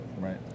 right